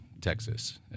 Texas